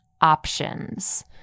options